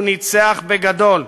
הוא ניצח בגדול,